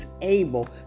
able